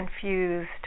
confused